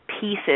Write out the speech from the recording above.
pieces